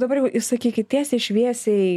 dabar jau išsakykit tiesiai šviesiai